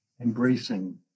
embracing